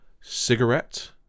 cigarette